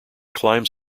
climbs